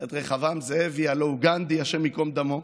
את רחבעם זאבי, הלוא הוא גנדי, השם ייקום דמו.